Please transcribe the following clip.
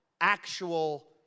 actual